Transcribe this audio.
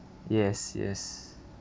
yes yes